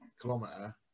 kilometer